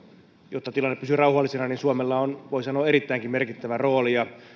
jotta tilanne pysyy rauhallisena suomella on voi sanoa erittäinkin merkittävä rooli